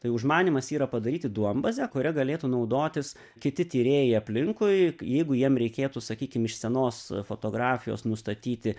tai užmanymas yra padaryti duombazę kuria galėtų naudotis kiti tyrėjai aplinkui jeigu jiem reikėtų sakykim iš senos fotografijos nustatyti